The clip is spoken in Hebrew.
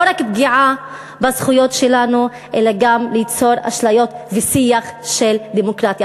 לא רק פגיעה בזכויות שלנו אלא גם ליצור אשליות ושיח של דמוקרטיה.